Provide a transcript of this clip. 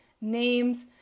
names